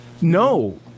no